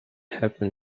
happen